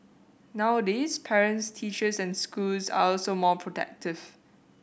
nowadays parents teachers and schools are also more protective